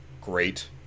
great